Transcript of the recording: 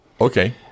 Okay